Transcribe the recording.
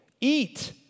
Eat